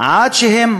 עד שהם